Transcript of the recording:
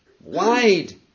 Wide